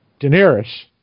Daenerys